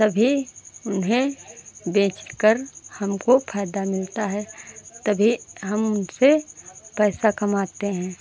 तभी उन्हें बेचकर हमको फ़ायदा मिलता है तभी हम उनसे पैसा कमाते हैं